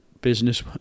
business